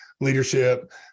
Leadership